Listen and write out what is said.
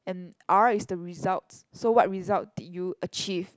and R is the results so what result did you achieve